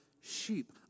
sheep